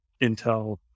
Intel